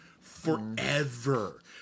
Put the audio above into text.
forever